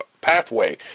pathway